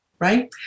right